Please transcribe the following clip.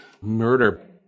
murder